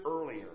earlier